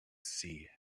see